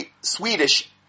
Swedish